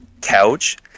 couch